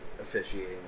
officiating